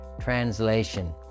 Translation